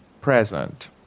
present